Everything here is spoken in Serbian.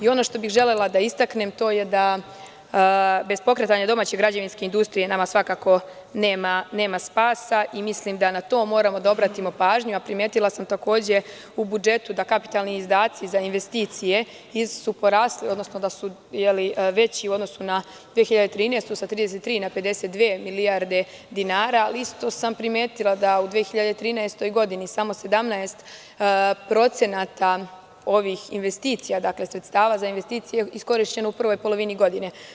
Ono što bih želela da istaknem, to je da bez pokretanja domaće građevinske industrije, nama svakako nema spasa i mislim da na to moramo da obratimo pažnju, a primetila sam takođe u budžetu da kapitalni izdaci za investicije, veći su u odnosu na 2013. godinu sa 33 na 52 milijarde dinara, ali isto sam primetila da u 2013 godini samo 17 posto ovih investicija, sredstava za investicije, iskorišćeni u prvoj polovini godine.